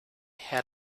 head